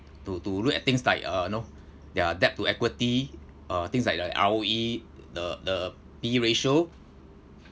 to to look at things like uh you know their debt to equity uh things like their R_O_E the the P_E ratio